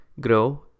grow